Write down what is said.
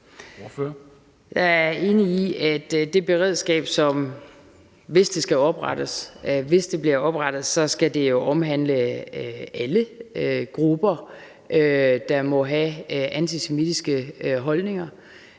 Jeg er enig i, at det beredskab, hvis det bliver oprettet, jo skal omhandle alle grupper, der må have antisemitiske holdninger.